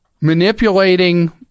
manipulating